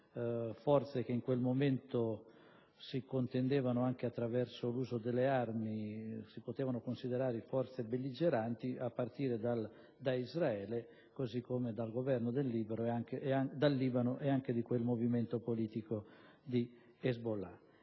forze che in quel momento si contrapponevano, anche attraverso l'uso delle armi, e si potevano considerare forze belligeranti, a partire da Israele, così come dal Libano e anche dal movimento politico di Hezbollah.